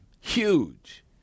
huge